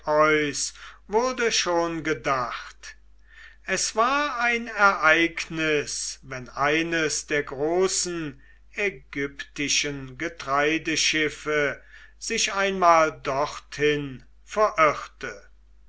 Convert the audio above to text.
wurde schon gedacht es war ein ereignis wenn eines der großen ägyptischen getreideschiffe sich einmal dorthin verirrte